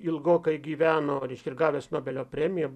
ilgokai gyveno ir gavęs nobelio premiją